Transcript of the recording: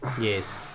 Yes